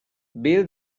bail